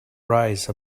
rise